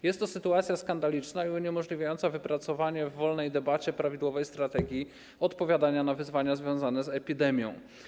Jest to sytuacja skandaliczna i uniemożliwiająca wypracowanie w wolnej debacie prawidłowej strategii odpowiadania na wyzwania związane z epidemią.